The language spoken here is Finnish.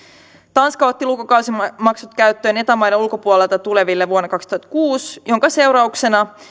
tanska otti lukukausimaksut käyttöön eta maiden ulkopuolelta tuleville vuonna kaksituhattakuusi minkä seurauksena